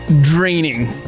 draining